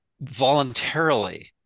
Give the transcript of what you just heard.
voluntarily